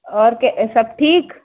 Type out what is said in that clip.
और क्या सब ठीक